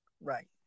Right